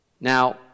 Now